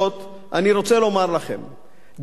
שדווקא דרך הסיפור הזה של "כלל"